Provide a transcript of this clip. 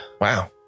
Wow